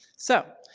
so,